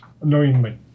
Annoyingly